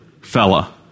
fella